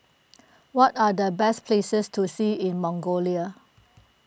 what are the best places to see in Mongolia